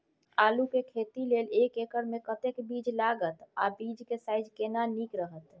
आलू के खेती लेल एक एकर मे कतेक बीज लागत आ बीज के साइज केना नीक रहत?